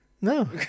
No